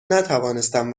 نتوانستم